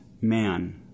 man